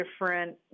different